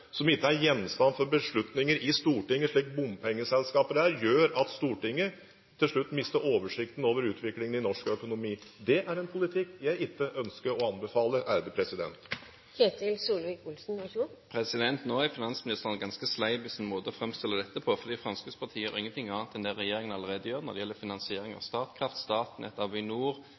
som ikke er gjenstand for beslutninger i Stortinget slik bompengeselskaper er, fører til at Stortinget til slutt mister oversikten over utviklingen i norsk økonomi. Det er en politikk jeg ikke ønsker å anbefale. Nå er finansministeren ganske sleip i sin måte å framstille dette på, for Fremskrittspartiet gjør ingenting annet enn det regjeringen allerede gjør når det gjelder finansieringen av Statkraft, Statnett og Avinor,